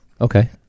Okay